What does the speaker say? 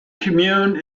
commune